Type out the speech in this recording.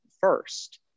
first